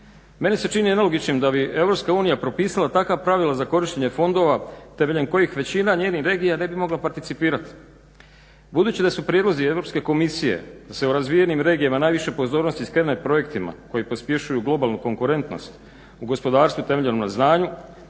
Meni se čini nelogičnim da bi EU propisala takav pravila za korištenje fondova temeljem kojih većina njenih regija ne bi mogla participirat. Budući da su prijedlozi Europske komisije da se o razvijenim regijama najviše pozornosti skrene projektima koji pospješuju globalnu konkurentnost u gospodarstvu utemeljenu na znanju